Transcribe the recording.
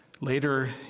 Later